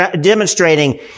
demonstrating